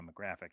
demographic